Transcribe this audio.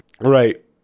Right